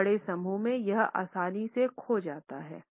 एक बड़े समूह में यह आसानी से खो जाता है